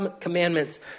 commandments